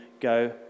go